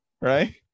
Right